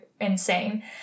insane